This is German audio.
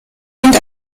und